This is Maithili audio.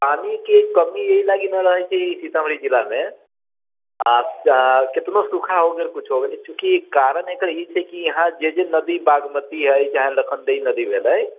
पानी के कमी एहिलागी न रहै छै सीतामढ़ी जिला मे आ केतनो सूखा हो गेल कुछ हो गेल चुकी कारण एकर ई छै की ईहाँ जे जे नदी बागमती है चाहे लखनदइ नदी भेलै